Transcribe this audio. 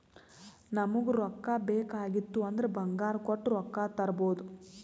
ನಮುಗ್ ರೊಕ್ಕಾ ಬೇಕ್ ಆಗಿತ್ತು ಅಂದುರ್ ಬಂಗಾರ್ ಕೊಟ್ಟು ರೊಕ್ಕಾ ತರ್ಬೋದ್